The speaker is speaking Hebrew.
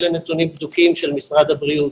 אלה נתונים בדוקים של משרד הבריאות.